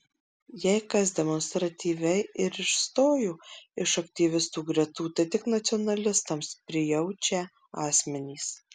jei kas demonstratyviai ir išstojo iš aktyvistų gretų tai tik nacionalistams prijaučią asmenys